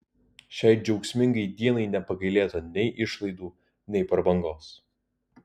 šiai džiaugsmingai dienai nepagailėta nei išlaidų nei prabangos